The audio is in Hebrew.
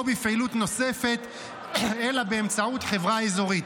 בפעילות נוספת אלא באמצעות חברה אזורית,